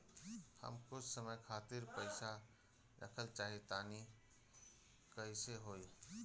हम कुछ समय खातिर पईसा रखल चाह तानि कइसे होई?